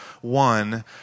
one